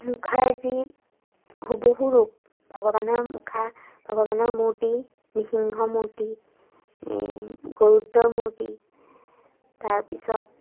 মুখাৰ যি সুবহু ৰূপ ভগৱানৰ মুখা ভগৱানৰ মূৰ্তি নিসিংহ মূৰ্তি গৰুদ্ৰৰ মূৰ্তি তাৰপিছত